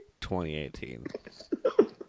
2018